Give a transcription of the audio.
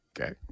Okay